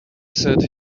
said